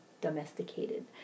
domesticated